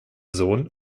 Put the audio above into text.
sohn